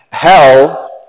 Hell